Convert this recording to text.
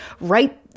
Right